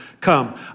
Come